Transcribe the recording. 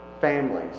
families